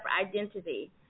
identity